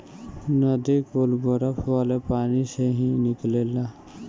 नदी कुल बरफ वाले पानी से ही निकलेली